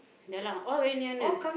ya lah all very near near